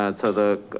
ah so the,